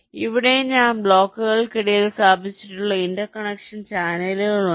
അതിനാൽ ഇവിടെയും ഞാൻ ബ്ലോക്കുകൾക്കിടയിൽ സ്ഥാപിച്ചിട്ടുള്ള ഇന്റർകണക്ഷൻ ചാനലുകളുണ്ട്